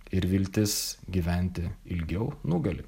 ir viltis gyventi ilgiau nugali